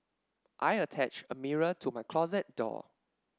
I attached a mirror to my closet door